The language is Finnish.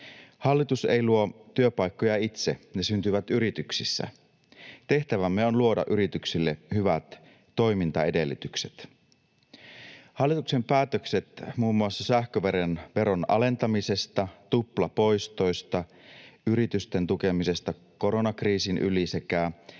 Hallitus ei luo työpaikkoja itse, ne syntyvät yrityksissä. Tehtävämme on luoda yrityksille hyvät toimintaedellytykset. Hallituksen päätökset muun muassa sähköveron alentamisesta, tuplapoistoista ja yritysten tukemisesta koronakriisin yli sekä